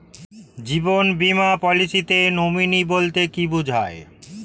জীবন বীমা পলিসিতে নমিনি বলতে কি বুঝায়?